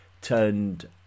turned